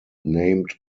named